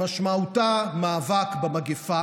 שמשמעותה מאבק במגפה